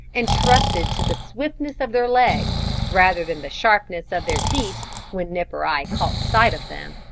and trusted to the swiftness of their legs rather than the sharpness of their teeth when nip or i caught sight of them.